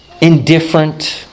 indifferent